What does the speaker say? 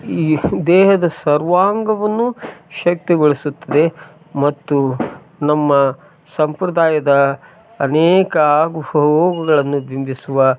ಈ ದೇಹದ ಸರ್ವಾಂಗವನ್ನು ಶಕ್ತಗೊಳಿಸುತ್ತದೆ ಮತ್ತು ನಮ್ಮ ಸಂಪ್ರದಾಯದ ಅನೇಕ ಆಗು ಹೋಗುಗಳನ್ನು ಬಿಂಬಿಸುವ